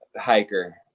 hiker